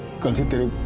considering